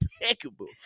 impeccable